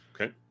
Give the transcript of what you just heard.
Okay